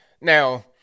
Now